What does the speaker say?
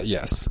Yes